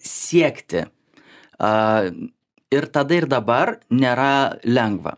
siekti a ir tada ir dabar nėra lengva